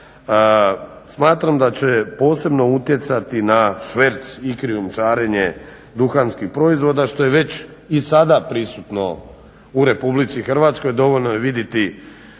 smatram da će posebno utjecati na šverc i krijumčarenje duhanskih proizvoda što je već i sada prisutno u Republici Hrvatskoj. Dovoljno je vidjeti